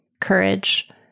Courage